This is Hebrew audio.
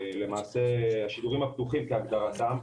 למעשה השידורים הפתוחים כהגדרתם,